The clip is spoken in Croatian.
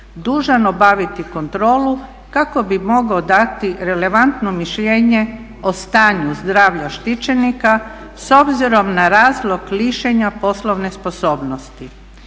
dužan obaviti kontrolu kako bi mogao dati relevantno mišljenje o stanju zdravlja štićenika s obzirom na razlog lišenja poslovne sposobnosti.